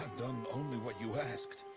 done only what you asked.